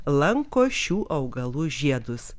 lanko šių augalų žiedus